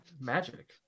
Magic